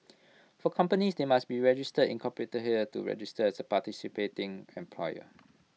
for companies they must be register incorporate here to register as A participating employer